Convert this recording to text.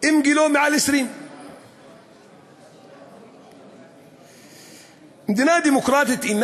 אם גילו מעל 20. מדינה דמוקרטית אינה